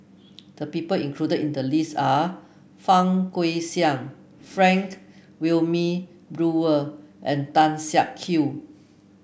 the people included in the list are Fang Guixiang Frank Wilmin Brewer and Tan Siak Kew